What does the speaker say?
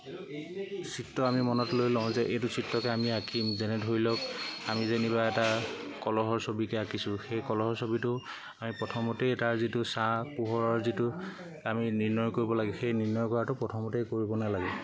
চিত্ৰ আমি মনত লৈ লওঁ যে এইটো চিত্ৰকে আমি আঁকিম যেনে ধৰি লওক আমি যেনিবা এটা কলহৰ ছবিকে আঁকিছোঁ সেই কলহৰ ছবিটো আমি প্ৰথমতেই তাৰ যিটো ছাঁ পোহৰৰ যিটো আমি নিৰ্ণয় কৰিব লাগে সেই নিৰ্ণয় কৰাটো প্ৰথমতেই কৰিব নালাগে